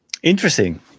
interesting